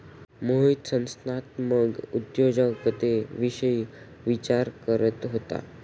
मोहित संस्थात्मक उद्योजकतेविषयी विचार करत होता